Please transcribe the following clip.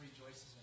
rejoices